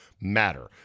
matter